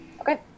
Okay